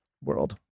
world